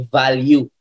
value